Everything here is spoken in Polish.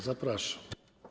Zapraszam.